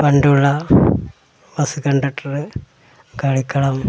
പണ്ടുള്ള bus conductor കളിക്കളം